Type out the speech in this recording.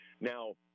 now